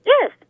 Yes